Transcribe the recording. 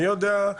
אני יודע,